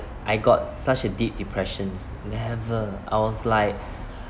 I got such a deep depressions never I was like